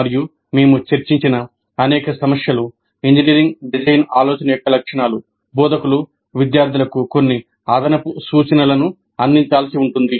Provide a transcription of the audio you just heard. మరియు మేము చర్చించిన అనేక సమస్యలు ఇంజనీరింగ్ డిజైన్ ఆలోచన యొక్క లక్షణాలు బోధకులు విద్యార్థులకు కొన్ని అదనపు సూచనలను అందించాల్సి ఉంటుంది